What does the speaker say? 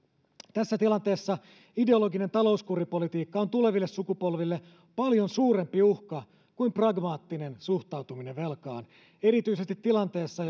tässä tilanteessa ideologinen talouskuripolitiikka on tuleville sukupolville paljon suurempi uhka kuin pragmaattinen suhtautuminen velkaan erityisesti tilanteessa